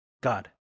God